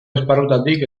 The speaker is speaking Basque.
esparrutatik